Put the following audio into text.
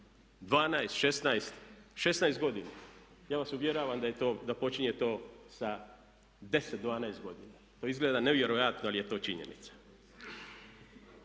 od 12, 16 godina, ja vas uvjeravam da počinje to sa 10, 12 godina, to izgleda nevjerojatno ali je to činjenica.